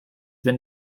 been